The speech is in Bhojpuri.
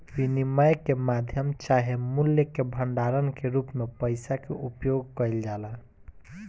विनिमय के माध्यम चाहे मूल्य के भंडारण के रूप में पइसा के उपयोग कईल जाला